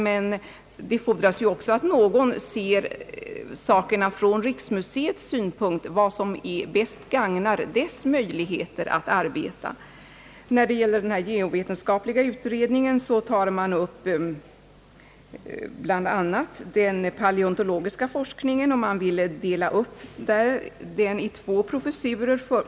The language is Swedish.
Men det fordras ju också att någon ser frågorna ur riksmuseets Synpunkt, således vad som bäst gagnar dess möjligheter att arbeta. Den geovetenskapliga utredningen tar bl.a. upp frågan om den paleontologiska forskningen. Utredningen vill dela upp den i två professurer.